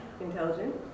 Intelligent